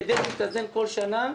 כדי להתאזן כל שנה.